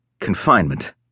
Confinement